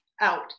out